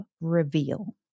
Reveal